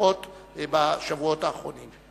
בשדרות בשבועות האחרונים.